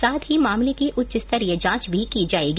साथ ही मामले की उच्चस्तरीय जांच भी की जायेगी